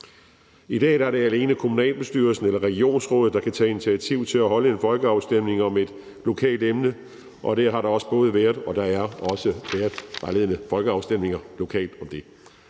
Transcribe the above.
I dag er det alene kommunalbestyrelsen eller regionsrådet, der kan tage initiativ til at holde en folkeafstemning om et lokalt emne, og der har da også været vejledende folkeafstemninger lokalt om det.